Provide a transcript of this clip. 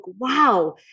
wow